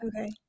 Okay